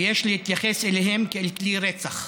ויש להתייחס אליהן כאל כלי רצח,